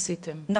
ביטוח לאומי,